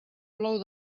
plou